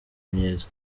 myiza